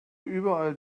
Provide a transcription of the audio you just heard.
überall